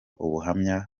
ubuhamya